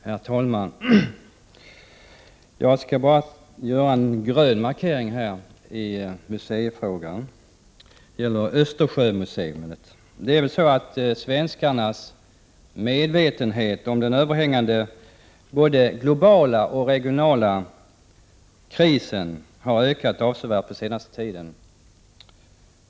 Herr talman! Jag skall göra en grön markering i museifrågan, nämligen om ett Östersjömuseum. Svenskarnas medvetenhet om den överhängande globala och regionala krisen har ökat avsevärt under den senaste tiden.